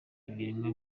ibiremwa